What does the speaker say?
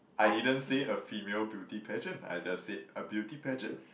I didn't say a female beauty pageant I just said a beauty pageant